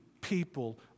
people